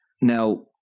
Now